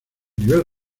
nivel